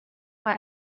why